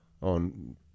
on